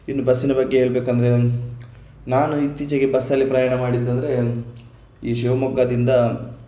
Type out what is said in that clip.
ಇನ್ನು ಬಸ್ಸಿನ ಬಗ್ಗೆ ಹೇಳಬೇಕೆಂದರೆ ನಾನು ಇತ್ತೀಚಿಗೆ ಬಸ್ಸಲ್ಲಿ ಪ್ರಯಾಣ ಮಾಡಿದ್ದೆಂದರೆ ಈ ಶಿವಮೊಗ್ಗದಿಂದ